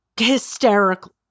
hysterical